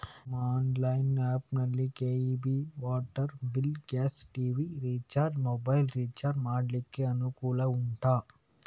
ನಿಮ್ಮ online app ನಲ್ಲಿ K E B, water bill, gas, TV recharge, mobile recharge ಮಾಡ್ಲಿಕ್ಕೆ ಅನುಕೂಲ ಉಂಟಾ